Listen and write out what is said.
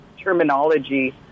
terminology